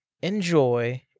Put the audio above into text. enjoy